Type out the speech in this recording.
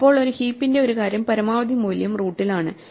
ഇപ്പോൾ ഒരു ഹീപ്പിന്റെ ഒരു കാര്യം പരമാവധി മൂല്യം റൂട്ടിൽ ആണ്